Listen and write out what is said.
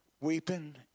weeping